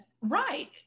Right